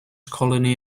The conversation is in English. colony